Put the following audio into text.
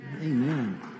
Amen